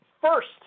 first